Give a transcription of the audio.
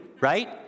Right